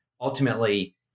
ultimately